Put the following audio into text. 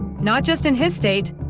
not just in his state,